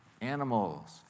animals